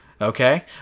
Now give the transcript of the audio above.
okay